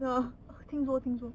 ya 听说听说